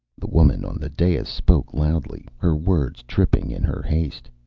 the woman on the dais spoke loudly, her words tripping in her haste.